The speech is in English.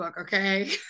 okay